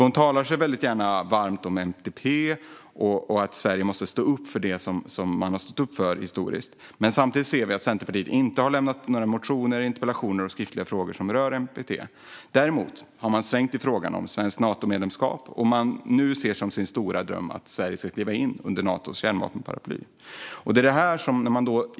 Hon talar sig gärna varm för NPT och för att Sverige måste stå upp för det som man har stått upp för historiskt. Men samtidigt ser vi att Centerpartiet inte har lämnat några motioner, interpellationer eller skriftliga frågor som rör NPT. Däremot har man svängt i frågan om svenskt Natomedlemskap, och man ser nu som sin stora dröm att Sverige ska kliva in under Natos kärnvapenparaply.